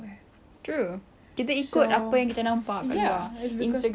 instagram ya that's it but if I can have